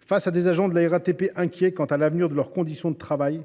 Face à des agents de la RATP inquiets quant à l’avenir de leurs conditions de travail